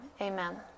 Amen